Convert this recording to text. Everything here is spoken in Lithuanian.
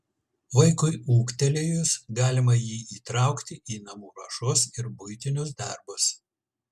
vaikui ūgtelėjus galima jį įtraukti į namų ruošos ir buitinius darbus